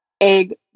egg